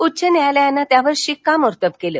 उच्च न्यायालयानं त्यावर शिक्कामोर्तब केलं